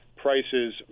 prices